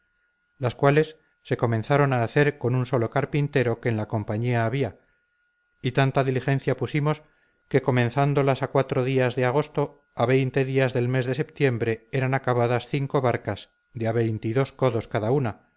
las cuales se comenzaron a hacer con un solo carpintero que en la compañía había y tanta diligencia pusimos que comenzándolas a cuatro días de agosto a veinte días del mes de septiembre eran acabadas cinco barcas de a veinte y dos codos cada una